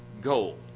goal